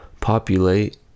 populate